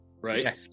right